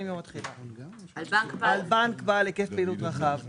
על בנק בעל היקף פעילות רחב,